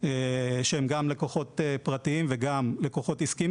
שהם גם לקוחות פרטיים וגם לקוחות עסקיים,